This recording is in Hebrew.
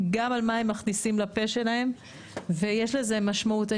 על מה שהם מכניסים לפה שלהם ויש לזה משמעות.